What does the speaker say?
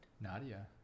Nadia